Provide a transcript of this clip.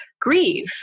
grieve